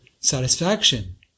satisfaction